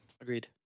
agreed